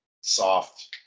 soft